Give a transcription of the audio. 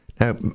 Now